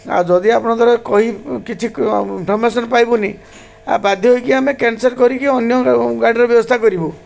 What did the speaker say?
ଆଉ ଯଦି ଆପଣଙ୍କର କହି କିଛି ଇନଫର୍ମେସନ୍ ପାଇବୁନି ବାଧ୍ୟ ହେଇକି ଆମେ କ୍ୟାନସଲ୍ କରିକି ଅନ୍ୟ ଗାଡ଼ିର ବ୍ୟବସ୍ଥା କରିବୁ